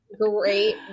Great